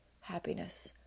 happiness